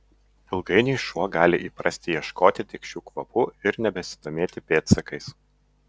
ilgainiui šuo gali įprasti ieškoti tik šių kvapų ir nebesidomėti pėdsakais